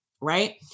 right